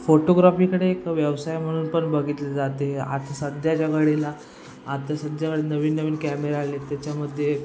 फोटोग्राफीकडे एक व्यवसाय म्हणून पण बघितले जाते आता सध्याच्या घडीला आता सध्या नवीन नवीन कॅमेरा आलेत त्याच्यामध्ये